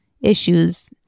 issues